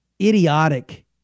idiotic